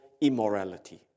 immorality